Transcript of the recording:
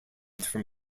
from